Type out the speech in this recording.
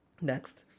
next